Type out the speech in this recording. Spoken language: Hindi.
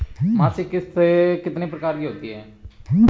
मासिक किश्त कितने प्रकार की होती है?